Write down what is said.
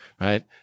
right